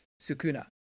Sukuna